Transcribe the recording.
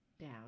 Down